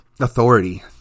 authority